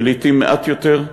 ולעתים מעט יותר,